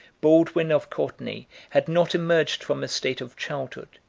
baldwin of courtenay had not emerged from a state of childhood,